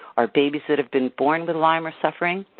our babies that have been born with lyme are suffering.